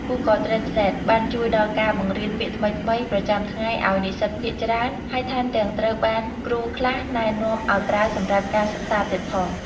Google Translate បានជួយដល់ការបង្រៀនពាក្យថ្មីៗប្រចាំថ្ងៃឲ្យនិស្សិតភាគច្រើន ហើយថែមទាំងត្រូវបានគ្រូខ្លះណែនាំឱ្យប្រើសម្រាប់ការសិក្សាទៀតផង។